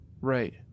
Right